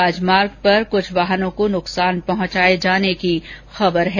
राजमार्ग पर कूछ वाहनों को नुकसान पहुंचाए जाने की खबर है